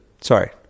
Sorry